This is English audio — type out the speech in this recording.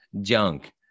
junk